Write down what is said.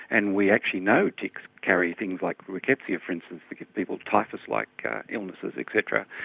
and we actually know ticks carry things like rickettsia, for instance, that give people typhus-like like illnesses, etc.